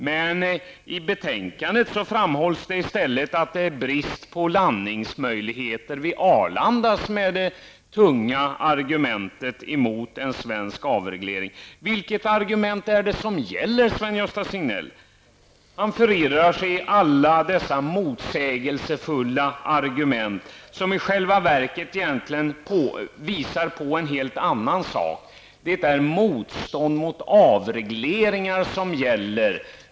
Men i betänkandet framhålls i stället att det är brist på landningsmöjligheter vid Arlanda som är det tunga argumentet emot en svensk avreglering. Vilket argument, är det som gäller, Sven-Gösta Signell? Han förirrar sig i alla dessa motsägelsefulla argument som i själva verket visar på en helt annan sak. Det är motstånd mot avregleringar som gäller.